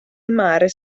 mare